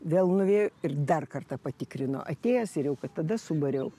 vėl nuėjo ir dar kartą patikrino atėjęs ir jau kad tada subariau